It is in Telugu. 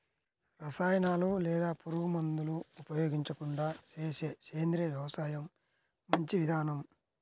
రసాయనాలు లేదా పురుగుమందులు ఉపయోగించకుండా చేసే సేంద్రియ వ్యవసాయం మంచి విధానం